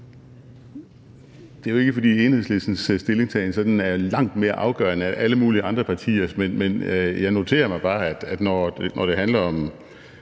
det er jo ikke, fordi Enhedslistens stillingtagen sådan er langt mere afgørende end alle mulige andre partiers. Men jeg noterer mig bare, at når det handler om